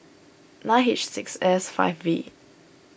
nine H six S five V